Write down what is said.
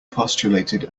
postulated